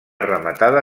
rematada